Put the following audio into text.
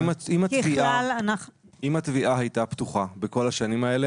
אם התביעה הייתה פתוחה בכל השנים האלה